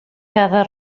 cada